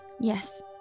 Yes